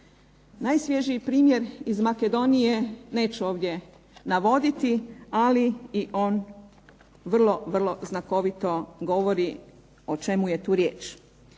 Najsvježiji primjer iz Makedonije, neću ovdje navoditi ali i on vrlo znakovito govori o čemu je tu riječ.